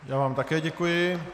Já vám také děkuji.